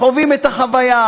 חווים את החוויה,